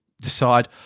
Decide